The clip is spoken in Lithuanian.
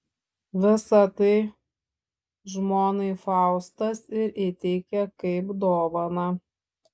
visa tai žmonai faustas ir įteikė kaip dovaną